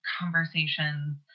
conversations